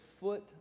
foot